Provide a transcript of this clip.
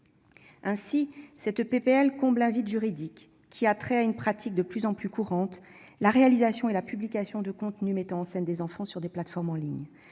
proposition de loi comble un vide juridique afférent à une pratique de plus en plus courante : la réalisation et la publication de contenus mettant en scène des enfants sur des plateformes en ligne.